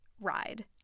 ride